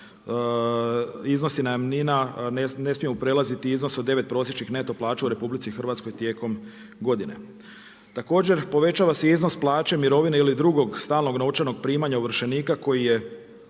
iznosi najamnina ne smiju prelaziti od 9 prosječnih neto plaća u RH tijekom godine. Također, povećava se iznos plaće, mirovine ili drugog stalnog naučenog primanja ovršenika koji je